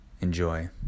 Enjoy